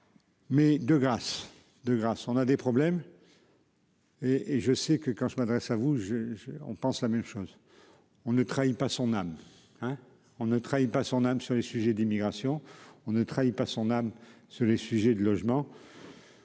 de grâce, on a des problèmes.-- Et et je sais que quand je m'adresse à vous, je, je, on pense la même chose, on ne trahit pas son âme hein on ne trahit pas son âme sur les sujets d'immigration. On ne trahit pas son âme sur les sujets de logement.--